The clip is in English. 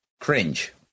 cringe